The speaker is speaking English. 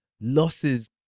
losses